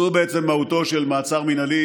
זו בעצם מהותו של מעצר מינהלי,